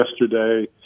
yesterday